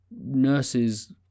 nurses